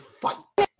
fight